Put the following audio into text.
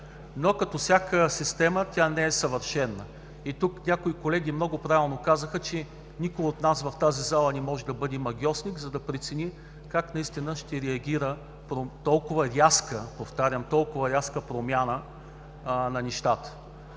но като всяка система, тя не е съвършена. Някои колеги тук много правилно казаха, че никой от нас в тази зала не може да бъде магьосник, за да прецени как наистина ще реагира толкова рязка, повтарям,